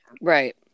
Right